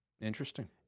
Interesting